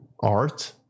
art